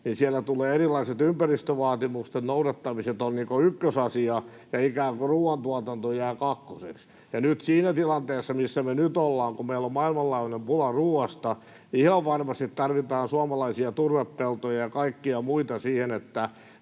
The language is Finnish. että heillä erilaiset ympäristövaatimusten noudattamiset ovat ykkösasia ja ruoantuotanto ikään kuin jää kakkoseksi. Nyt siinä tilanteessa, missä me ollaan, kun meillä on maailmanlaajuinen pula ruoasta, ihan varmasti tarvitaan suomalaisia turvepeltoja ja kaikkia muita siihen, että